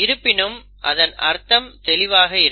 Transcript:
இருப்பினும் இதன் அர்த்தம் தெளிவாக இருக்கும்